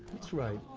that's right.